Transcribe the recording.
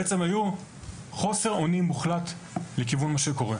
בעצם היו חוסר אונים מוחלט לכיוון מה שקורה.